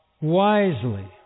wisely